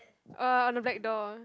uh on the black door